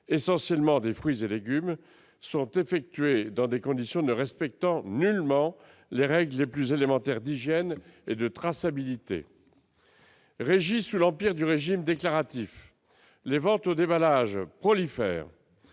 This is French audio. essentiellement des fruits et légumes, sont effectuées dans des conditions ne respectant nullement les règles les plus élémentaires d'hygiène et de traçabilité. Régies sous l'empire du régime déclaratif, les ventes au déballage prolifèrent.